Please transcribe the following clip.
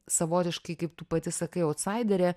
savotiškai kaip tu pati sakai autsaiderė